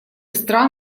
стран